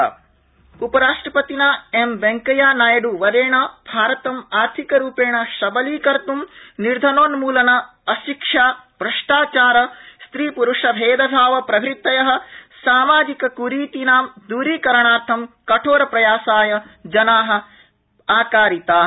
नायड् अमृत महोत्सव उपराष्ट्रपतिना एम वेंकैया नायड्वर्येन भारतम् आर्थिकरूपेण सबलीकर्त् निर्धनोन्मूलन अशिक्षा भ्रष्टाचार स्त्रीप्रूषभेदभाव प्रभृतय सामाजिकक्रितीनां द्रीकरणार्थं कठोरप्रयासाय जना आकारिता